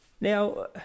Now